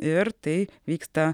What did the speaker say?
ir tai vyksta